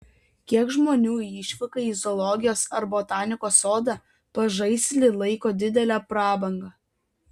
kiek žmonių išvyką į zoologijos ar botanikos sodą pažaislį laiko didele prabanga